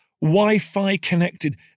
Wi-Fi-connected